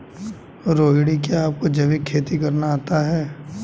रोहिणी, क्या आपको जैविक खेती करना आता है?